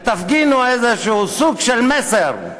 ותפגינו איזה סוג של מסר,